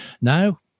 now